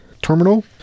terminal